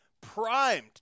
primed